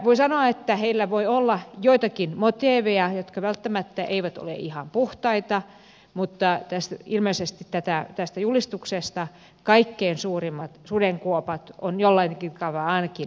voi sanoa että heillä voi olla joitakin motiiveja jotka välttämättä eivät ole ihan puhtaita mutta ilmeisesti tästä julistuksesta kaikkein suurimmat sudenkuopat on jollakin tavalla ainakin peitelty